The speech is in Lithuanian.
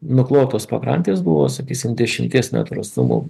nuklotos pakrantės buvo sakysim dešimties metrų atstumu